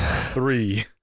three